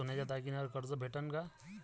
मले सोन्याच्या दागिन्यावर कर्ज भेटन का?